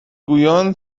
گویان